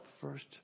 first